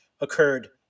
occurred